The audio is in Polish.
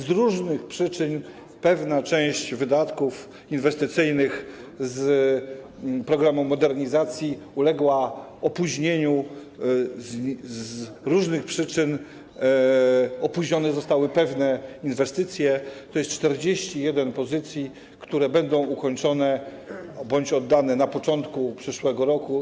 Z różnych przyczyn pewna część wydatków inwestycyjnych z programu modernizacji uległa opóźnieniu, z różnych przyczyn opóźnione zostały pewne inwestycje, tj. 41 pozycji, które będą ukończone bądź oddane na początku przyszłego roku.